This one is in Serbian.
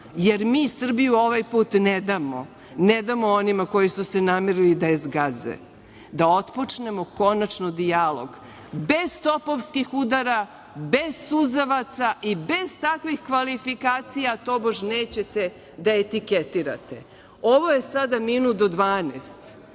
jer mi Srbiju ovaj put ne damo, ne damo onima koji su se namerili da je zgaze. Da otpočnemo konačno dijalog, bez topovskih udara, bez suzavaca i bez takvih kvalifikacija, tobož, nećete da etiketirate. Ovo je sada minut do 12